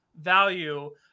value